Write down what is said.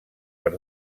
per